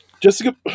Jessica